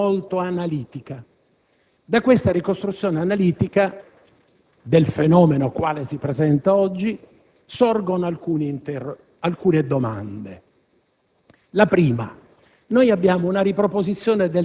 le manifestazioni, le persone, le attività delle persone che hanno portato adesso a questo compendio conclusivo. La relazione del ministro Minniti